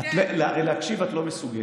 אני בקריאה ראשונה.